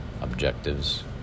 objectives